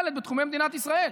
ד' בתחומי מדינת ישראל.